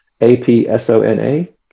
A-P-S-O-N-A